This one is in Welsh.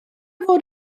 fod